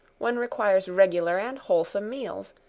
one requires regular and wholesome meals.